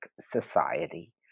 society